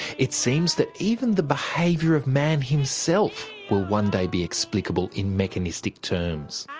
it seems that even the behaviour of man himself will one day be explicable in mechanistic terms.